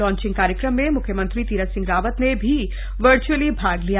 launching कार्यक्रम में मुख्यमंत्री तीरथ सिंह रावत रावत ने भी वर्च्अली भाग लिया